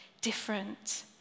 different